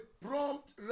prompt